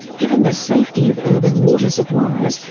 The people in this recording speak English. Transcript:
given the safety of urban water supplies,